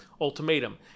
ultimatum